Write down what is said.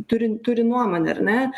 turin turi nuomonę ar ne